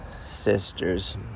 sisters